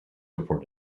report